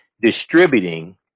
distributing